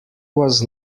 was